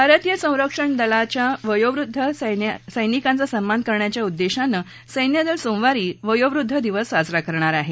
भारतीय संरक्षण दलातील वयोवृध्द सैनिकांचा सम्मान करण्याच्या उद्देशानं सैन्यदल सोमवारी वयोवृध्द दिवस साजरा करणार आहे